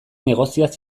negozioaz